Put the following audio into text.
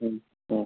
হুম হুম